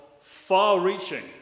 far-reaching